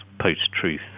post-truth